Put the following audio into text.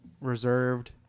reserved